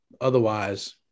Otherwise